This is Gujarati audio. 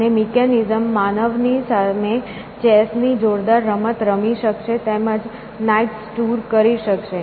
અને મિકેનિઝમ માનવ ની સામે ચેસની જોરદાર રમત રમી શકશે તેમ જ knights tour કરી શકશે